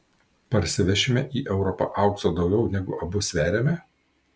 parsivešime į europą aukso daugiau negu abu sveriame